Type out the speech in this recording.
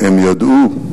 הם ידעו.